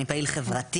אני פעיל חברתי,